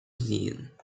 sehen